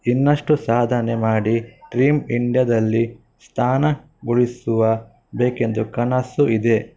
ಇನ್ನಷ್ಟು ಸಾಧನೆ ಮಾಡಿ ಟ್ರೀಮ್ ಇಂಡ್ಯಾದಲ್ಲಿ ಸ್ಥಾನ ಗಳಿಸುವ ಬೇಕೆಂದು ಕನಸು ಇದೆ